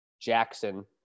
Jackson